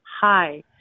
hi